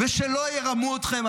שלא ירמו אתכם.